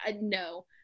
No